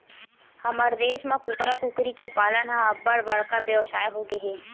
हमर देस म कुकरा, कुकरी के पालन ह अब्बड़ बड़का बेवसाय होगे हे